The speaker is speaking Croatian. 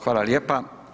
Hvala lijepa.